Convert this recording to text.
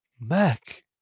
Mac